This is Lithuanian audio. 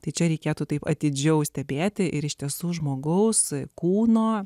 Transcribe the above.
tai čia reikėtų taip atidžiau stebėti ir iš tiesų žmogaus kūno